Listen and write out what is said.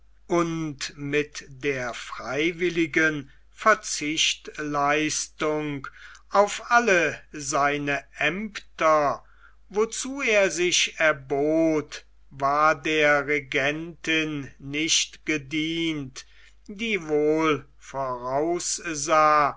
und mit der freiwilligen verzichtleistung auf alle seine aemter wozu er sich erbot war der regentin nicht gedient die wohl voraussah